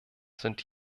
sind